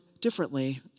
differently